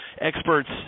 experts